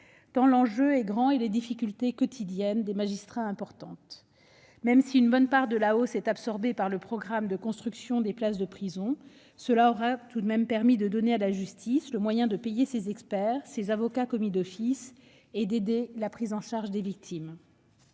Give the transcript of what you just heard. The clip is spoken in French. tant l'enjeu est grand et les difficultés quotidiennes des magistrats importantes. Même si une bonne part de la hausse a été absorbée par le programme de construction de places de prison, cela aura permis de donner à la justice les moyens de payer ses experts et ses avocats commis d'office et d'aider à la prise en charge des victimes.